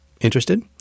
Interested